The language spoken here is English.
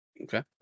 Okay